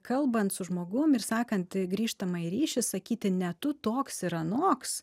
kalbant su žmogum ir sakant grįžtamąjį ryšį sakyti ne tu toks ir anoks